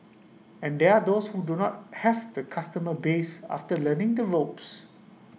and there are those who do not have the customer base after learning the woes